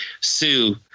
Sue